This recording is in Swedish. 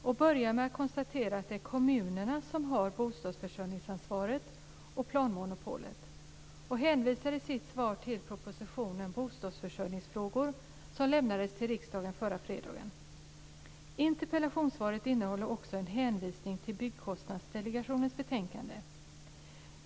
Han börjar med att konstatera att det är kommunerna som har bostadsförsörjningsansvaret och planmonopolet, och sedan hänvisar han till regeringens proposition om bostadsförsörjningsfrågor som lämnades till riksdagen förra fredagen. Interpellationssvaret innehåller också en hänvisning till Byggkostnadsdelegationens betänkande.